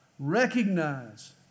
Recognize